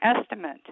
estimate